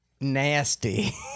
Nasty